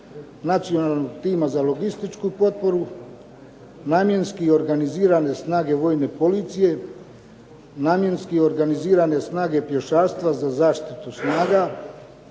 Nacionalnog tima za logističku potporu, Namjenski organizirane snage vojne policije, Namjenski organizirane snage pješaštva za zaštitu snaga,